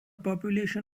population